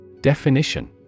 Definition